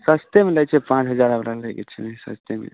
सस्तेमे लै छै पाँच हजार हमरा लैके छलै सस्तेमे